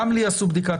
(תיקון